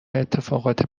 اتفاقات